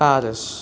Paris